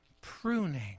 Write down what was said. pruning